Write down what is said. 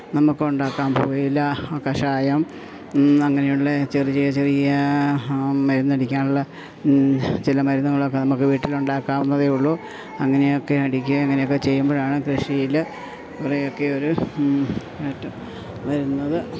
നമുക്കുണ്ടാക്കാം പുകയില കഷായം അങ്ങനെയുള്ളത് ചെറിയ ചെറിയ മരുന്നടിക്കാനുള്ള ചില മരുന്നുകളൊക്കെ നമുക്ക് വീട്ടിലുണ്ടാക്കാവുന്നതേയുള്ളൂ അങ്ങനെയൊക്കെ അടിക്കുകയും അങ്ങനെയൊക്കെ ചെയ്യുമ്പോഴാണ് കൃഷിയിൽ കുറേയൊക്കെയൊരു മാറ്റം വരുന്നത്